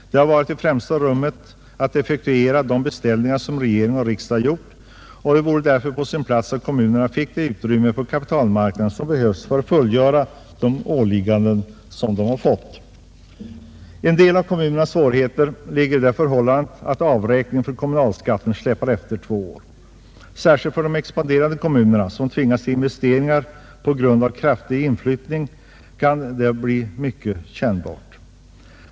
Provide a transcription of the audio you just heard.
Det har i främsta rummet gällt att effektuera de beställningar som regering och riksdag gjort. Det vore därför på sin plats att kommunerna fick det utrymme på kapitalmarknaden som behövdes för att fullgöra de åligganden som de har. En del av kommunernas svårigheter ligger i det förhållandet att avräkningen för kommunalskatterna släpar efter två år. Särskilt för de expanderande kommuner som tvingas till investeringar på grund av kraftig inflyttning kan detta bli mycket kännbart.